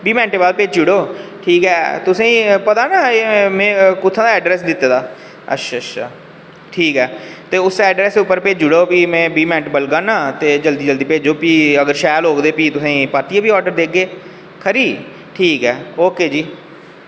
बीह् मिंट दे बाद भेजी ओड़ो ठीक ऐ तुसें ई पता ना में कुत्थें दा एड्रैस दित्ते दा अच्छा अच्छा ठीक ऐ ते उस्सै एड्रैस पर भेजी ओड़ो भी में बीह् मिंट बलगा ना ते भी जल्दी जल्दी भेजो ते शैल होग ते भी तुसें गी परतियै बी ऑर्डर देगे खरी ठीक ऐ ओके जी